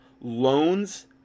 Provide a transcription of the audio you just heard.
loans